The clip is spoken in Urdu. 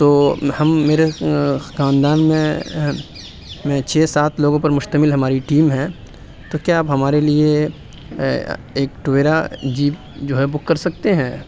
تو ہم میرے خاندان میں چھ سات لوگوں پر مشتمل ہماری ٹیم ہے تو کیا آپ ہمارے لیے ایک ٹوئیرا جیپ جو ہے بک کر سکتے ہیں